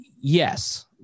Yes